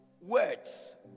Words